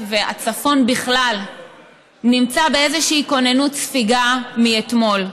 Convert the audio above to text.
הצפון בכלל נמצא באיזושהי כוננות ספיגה מאתמול.